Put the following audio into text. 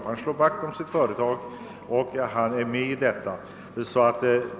Arbetaren slår vakt om sitt företag och känner att han är en del av det.